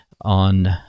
on